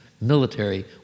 military